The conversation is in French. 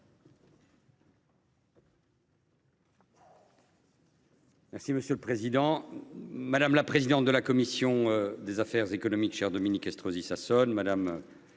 Monsieur le président, madame la présidente de la commission des affaires économiques, chère Dominique Estrosi Sassone, madame